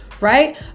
right